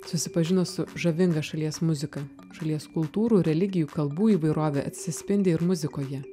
susipažino su žavinga šalies muzika šalies kultūrų religijų kalbų įvairovė atsispindi ir muzikoje